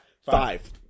Five